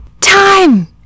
Time